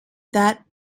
that